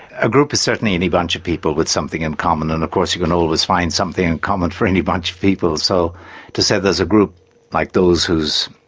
a group is certainly any bunch of people with something in common, and of course you can always find something in common for any bunch of people, so to say there's a group like those whose,